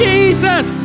Jesus